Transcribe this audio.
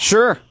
Sure